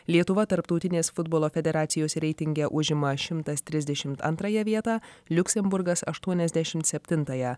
lietuva tarptautinės futbolo federacijos reitinge užima šimtas trisdešimt antrąją vietą liuksemburgas aštuoniasdešimt septintąją